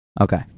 Okay